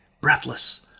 breathless